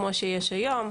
כמו שיש היום,